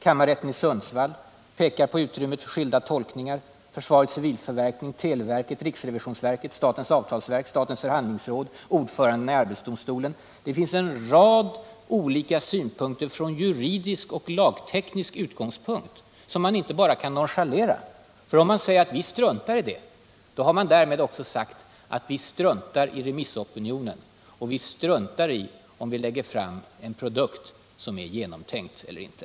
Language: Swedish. Kammarrätten i Sundsvall pekar på att utrymmet för skilda tolkningar är betydande. Försvarets civilförvaltning, televerket, riksrevisionsverket, statens avtalsverk, statens förhandlingsråd, ordförandena i arbetsdomstolen — alla har de en rad olika synpunkter från juridisk och lagteknisk synpunkt, som man inte bara kan nonchalera. Tänk, om man bara skulle säga: Vi struntar i det! Därmed skulle man då också ha sagt att vi struntar i remissopinionen och att vi struntar i om vi lägger fram en produkt som är genomtänkt eller inte.